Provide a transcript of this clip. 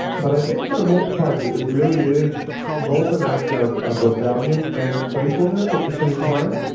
but i think for the most part, it it really is both an act of of rebellion and playfulness at the same time,